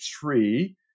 three